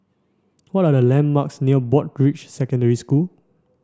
what are the landmarks near Broadrick Secondary School